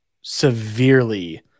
severely